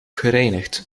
gereinigd